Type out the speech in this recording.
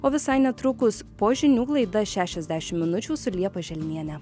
o visai netrukus po žinių laida šešiasdešim minučių su liepa želniene